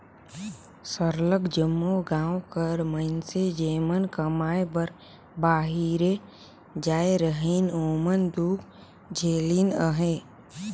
सरलग जम्मो गाँव कर मइनसे जेमन कमाए बर बाहिरे जाए रहिन ओमन दुख झेलिन अहें